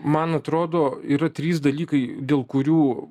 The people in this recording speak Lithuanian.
man atrodo yra trys dalykai dėl kurių